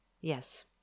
Yes